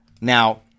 Now